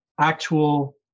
actual